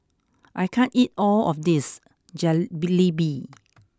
I can't eat all of this Jalebi